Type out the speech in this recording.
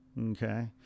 Okay